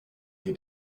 sie